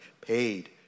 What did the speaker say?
paid